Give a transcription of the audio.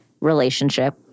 relationship